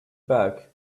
back